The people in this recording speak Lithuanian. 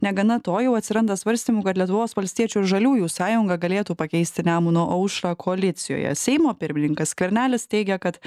negana to jau atsiranda svarstymų kad lietuvos valstiečių ir žaliųjų sąjunga galėtų pakeisti nemuno aušrą koalicijoje seimo pirmininkas skvernelis teigia kad